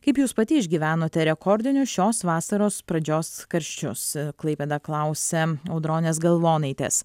kaip jūs pati išgyvenote rekordinius šios vasaros pradžios karščius klaipėda klausia audronės galvonaitės